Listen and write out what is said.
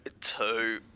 two